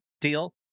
deal